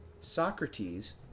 Socrates